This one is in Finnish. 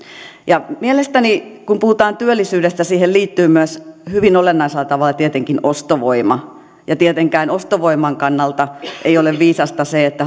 mielestäni kun puhutaan työllisyydestä siihen liittyy hyvin olennaisella tavalla tietenkin myös ostovoima ja tietenkään ostovoiman kannalta ei ole viisasta se että